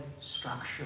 structure